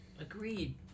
Agreed